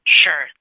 sure